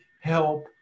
help